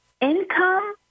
income